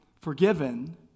forgiven